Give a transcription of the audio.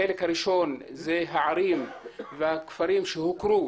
החלק הראשון זה הכפרים והערים שהוכרו